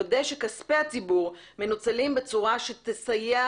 לוודא שכספי הציבור מנוצלים בצורה שתסייע